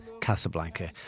Casablanca